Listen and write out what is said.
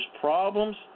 problems